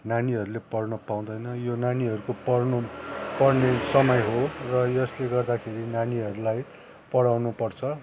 नानीहरूले पढ्न पाउँदैन यो नानीहरूको पढ्नु पढ्ने समय हो र यसले गर्दाखेरि नानीहरूलाई पढाउँनु पर्छ